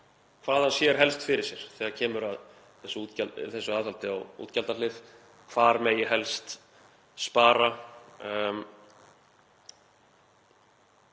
Hvað sér hann helst fyrir sér þegar kemur að þessu aðhaldi á útgjaldahlið, hvar mætti helst spara?